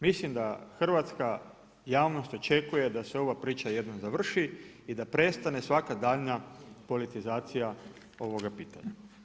Mislim da Hrvatska javnost očekuje da se ova priča jednom završi i da prestane svaka daljnja politizacija ovoga pitanja.